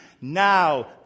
Now